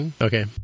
Okay